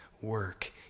work